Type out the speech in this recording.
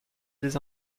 des